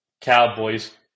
Cowboys